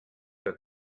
that